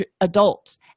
adults